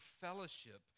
fellowship